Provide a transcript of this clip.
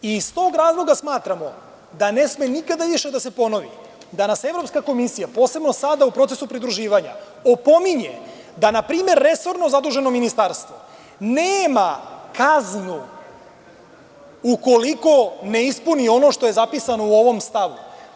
Iz tog razloga smatramo da ne sme nikada više da se ponovi da nas Evropska komisija, posebno sada u procesu pridruživanja, opominje da npr. zaduženo resorno ministarstvo nema kaznu ukoliko ne ispuni ono što je zapisano u ovom stavu.